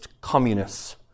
communists